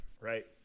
right